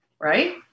right